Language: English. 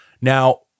Now